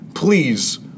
please